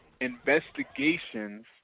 investigations